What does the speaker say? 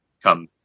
come